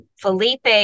Felipe